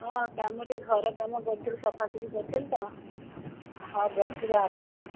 ହଁ କାମ ଟିକେ ଘର କାମ କରୁଥିଲି ସଫାସୁଫି କରୁଥିଲି ତ ହଁ ବସିବା ଆସ ଆଉ